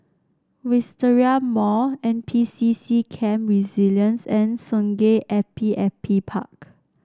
Wisteria Mall N P C C Camp Resilience and Sungei Api Api Park